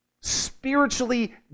spiritually